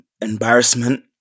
embarrassment